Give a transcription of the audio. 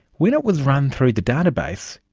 when it was run through the database,